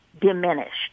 diminished